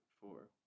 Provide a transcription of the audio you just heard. four